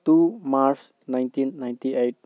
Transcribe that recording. two March nineteen ninety eight